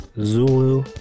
zulu